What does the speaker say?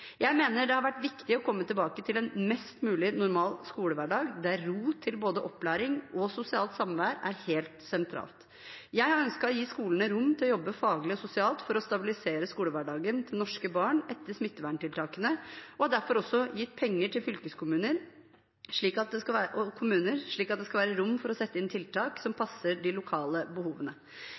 Jeg mener det har vært viktig å komme tilbake til en mest mulig normal skolehverdag, der ro til både opplæring og sosialt samvær er helt sentralt. Jeg har ønsket å gi skolene rom til å jobbe faglig og sosialt for å stabilisere skolehverdagen til norske barn etter smitteverntiltakene, og har derfor også gitt penger til kommuner og fylkeskommuner, slik at det skal være rom for å sette inn tiltak som passer de lokale behovene.